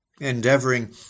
endeavoring